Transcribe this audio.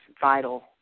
vital